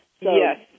Yes